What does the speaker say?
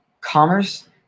commerce